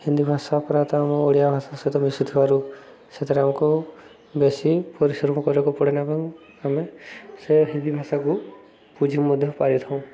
ହିନ୍ଦୀ ଭାଷା ପ୍ରାୟତଃ ଆମ ଓଡ଼ିଆ ଭାଷା ସହିତ ମିଶିଥିବାରୁ ସେଥିରେ ଆମକୁ ବେଶୀ ପରିଶ୍ରମ କରିବାକୁ ପଡ଼େନା ଏବଂ ଆମେ ସେ ହିନ୍ଦୀ ଭାଷାକୁ ବୁଝିି ମଧ୍ୟ ପାରିଥାଉ